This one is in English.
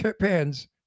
pans